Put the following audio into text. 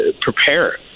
prepare